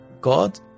God